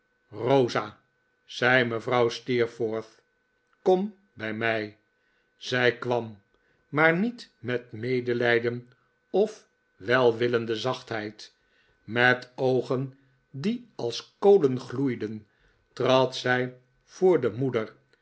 rosa zei mevrouw steerforth kom bij mij zij kwam maar niet met medelijden of welwillende zachtheid met oogen die als kolen gloeiden trad zij voor de moeder